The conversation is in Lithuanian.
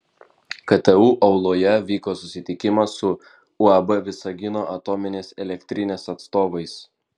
ktu auloje vyko susitikimas su uab visagino atominės elektrinės atstovais